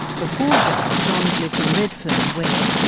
before jail, john had lived in redfern, where,